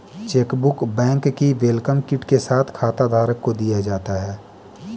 chequebook bank की welcome kit के साथ खाताधारक को दिया जाता है